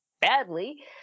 badly